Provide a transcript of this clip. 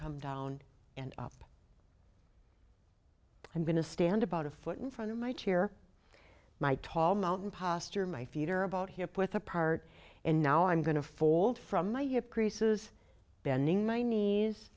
come down and up i'm going to stand about a foot in front of my chair my tall mountain posture my feet are about hip with a part and now i'm going to fold from my hip creases bending my knees